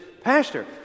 Pastor